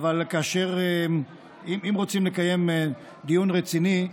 אבל אם אתם רוצים לקיים דיון רציני,